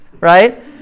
Right